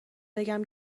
بگم